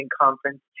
Conference